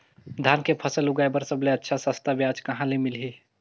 धान के फसल उगाई बार सबले अच्छा सस्ता ब्याज कहा ले मिलही?